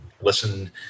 listen